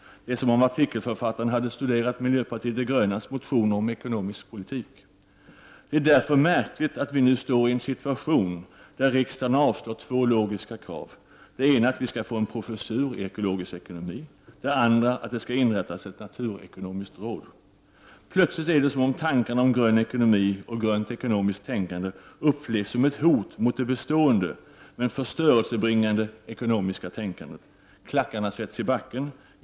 Det är som om artikelförfattaren hade studerat miljöpartiet de grönas motioner om ekonomisk politik. Därför är de märkligt att vi nu står i en situation där riksdagen kommer att avslå två logiska krav: Det ena är att vi skall få en professur i ekologisk ekonomi, det andra är att det skall inrättas ett naturekonomiskt råd. Plötsligt är det som om tankarna om grön ekonomi, grönt ekonomiskt tänkande, upplevs som ett hot mot det bestående men förstörelsebringande ekonomiska tänkandet. Klackarna sätts i backen.